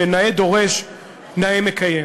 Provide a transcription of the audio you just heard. שנאה דורש נאה מקיים.